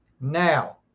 now